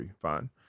Fine